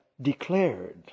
declared